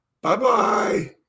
Bye-bye